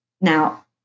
Now